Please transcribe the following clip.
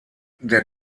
der